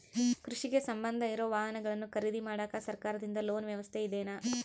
ಕೃಷಿಗೆ ಸಂಬಂಧ ಇರೊ ವಾಹನಗಳನ್ನು ಖರೇದಿ ಮಾಡಾಕ ಸರಕಾರದಿಂದ ಲೋನ್ ವ್ಯವಸ್ಥೆ ಇದೆನಾ?